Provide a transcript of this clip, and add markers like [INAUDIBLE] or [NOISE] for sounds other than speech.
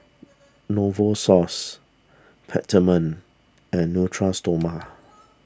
[NOISE] Novosource Peptamen and [UNINTELLIGIBLE] Stoma